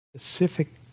specific